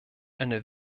eine